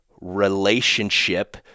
relationship